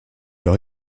leur